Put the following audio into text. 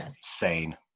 sane